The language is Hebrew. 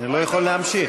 לא יכול להמשיך.